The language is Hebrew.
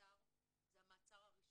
במעצר זה המעצר הראשוני,